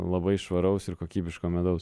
labai švaraus ir kokybiško medaus